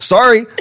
Sorry